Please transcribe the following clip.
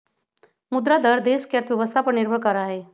मुद्रा दर देश के अर्थव्यवस्था पर निर्भर करा हई